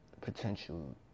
potential